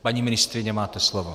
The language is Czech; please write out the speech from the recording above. Paní ministryně, máte slovo.